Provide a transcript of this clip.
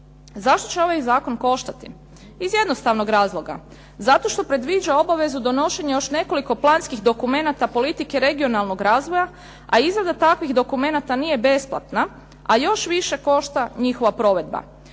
Zašto će ovaj zakon koštati? Iz jednostavnog razloga zato što predviđa obavezu donošenja još nekoliko planskih dokumenata politike regionalnog razvoja, a izrada takvih dokumenata nije besplatna, a još više košta njihova provedba.